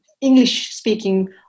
English-speaking